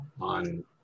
on